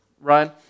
Ryan